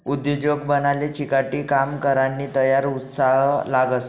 उद्योजक बनाले चिकाटी, काम करानी तयारी, उत्साह लागस